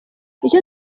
icyo